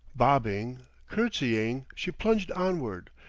bobbing, courtesying, she plunged onward,